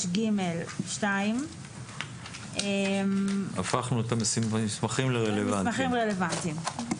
6ג(2) "מסמכים רלוונטיים".